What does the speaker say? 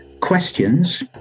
questions